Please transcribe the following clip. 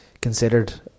considered